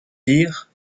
dires